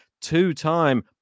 two-time